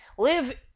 live